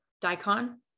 daikon